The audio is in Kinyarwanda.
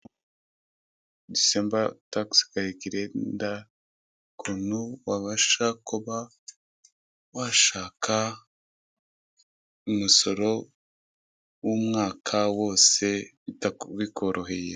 Disemba tagisi karikirenda ukuntu wabasha kuba washaka umusoro w'umwaka wose bikoroheye.